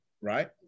right